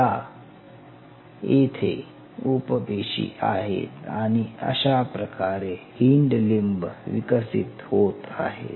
या येथे उप पेशी आहेत आणि अशा प्रकारे हिंड लिंब विकसित होत आहे